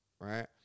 right